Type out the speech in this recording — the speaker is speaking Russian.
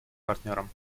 партнером